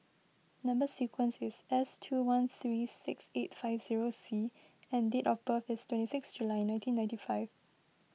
Number Sequence is S two one three six eight five zero C and date of birth is twenty six July nineteen ninety five